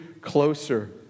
closer